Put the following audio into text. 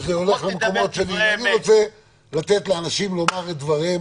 אני רוצה לתת לאנשים לומר את דבריהם.